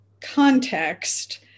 context